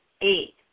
Eight